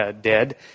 dead